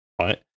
right